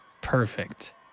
perfect